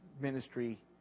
ministry